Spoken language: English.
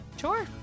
sure